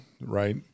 Right